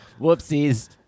Whoopsies